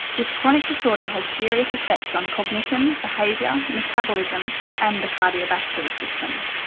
this chronic disorder has serious effects on cognition, behaviour, metabolism and the cardiovascular system.